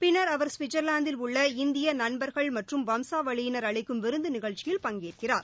பின்னா் அவா் ஸ்விட்சா்வாந்தில் உள்ள இந்திய நண்பா்கள் மற்றும் வம்சாவளியினா் அளிக்கும் விருந்து நிகழ்ச்சியில் பங்கேற்கிறார்